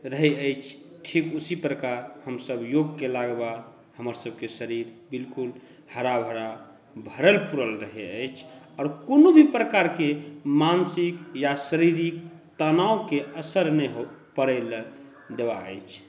रहय अछि ठीक उसी प्रकार हमसभ योग केलाकें बाद हमर सभकेँ शरीर बिल्कुल हरा भरा भरल पूरल रहय अछि आओर कोनो भी प्रकारके मानसिक या शारीरिक तनावके असर नहि पड़ैला देबा अछि